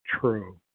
true